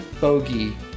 bogey